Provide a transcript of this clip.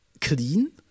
clean